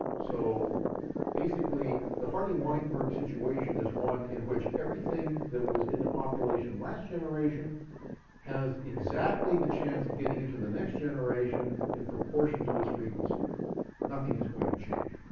so basically the hardy-weinberg situation is one in which everything that was in the population last generation has exactly the same chance of getting into the next generation, in proportion to its frequency nothing is going to change.